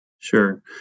Sure